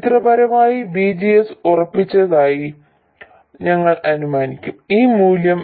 ചിത്രപരമായി VGS ഉറപ്പിച്ചതായി ഞങ്ങൾ അനുമാനിക്കും ഈ മൂല്യം